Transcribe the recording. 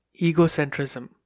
egocentrism